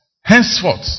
henceforth